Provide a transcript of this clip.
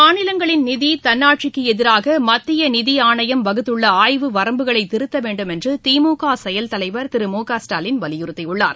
மாநிலங்களின் நிதி தன்னாட்சிக்கு எதிராக மத்திய நிதி ஆணையம் வகுத்துள்ள ஆய்வு வரம்புகளை திருத்தவேண்டும் என்று திமுக செயல் தலைவர் திரு மு க ஸ்டாலின் வலியுறுத்தியுள்ளார்